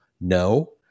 no